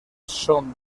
són